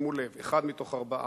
שימו לב, אחד מתוך ארבעה.